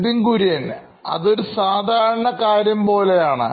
Nithin Kurian COO Knoin Electronics അതൊരു സാധാരണ കാര്യം പോലെയാണ്